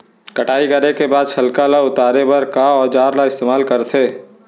कटाई करे के बाद छिलका ल उतारे बर का औजार ल इस्तेमाल करथे?